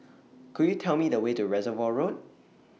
Could YOU Tell Me The Way to Reservoir Road